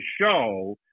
show